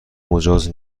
مجاز